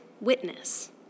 witness